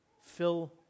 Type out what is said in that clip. fill